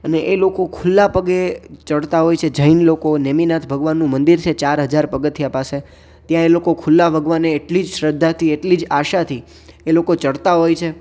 અને એ લોકો ખુલ્લા પગે ચડતા હોય છે જૈન લોકો નેમિનાથ ભગવાનનું મંદિર છે ચાર હજાર પગથિયા પાસે ત્યાં એ લોકો ખુલ્લા ભગવાને એટલી જ શ્રદ્ધાથી એટલી જ આશાથી એ લોકો ચડતા હોય છે